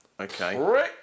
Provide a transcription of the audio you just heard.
Okay